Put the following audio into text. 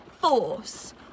force